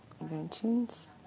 Inventions